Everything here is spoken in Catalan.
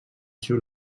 sigut